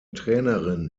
trainerin